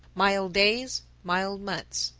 mild days, mild months,